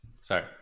Sorry